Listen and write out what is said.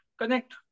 connect